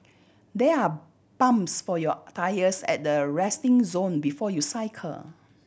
there are pumps for your tyres at the resting zone before you cycle